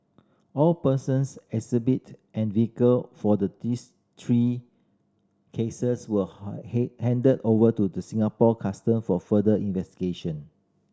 all persons exhibit and vehicle for the this three cases were handed over to the Singapore Custom for further